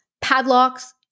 padlocks